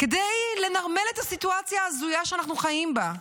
כדי לנרמל את הסיטואציה ההזויה שאנחנו חיים בה.